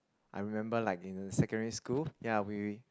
I remember like in secondary school ya we